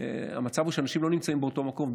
המצב הוא שאנשים לא נמצאים באותו מקום,